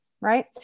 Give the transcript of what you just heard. right